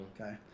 Okay